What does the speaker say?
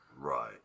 Right